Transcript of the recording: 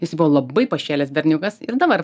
jis buvo labai pašėlęs berniukas ir dabar